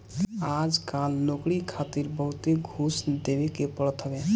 आजकल नोकरी खातिर बहुते घूस देवे के पड़त हवे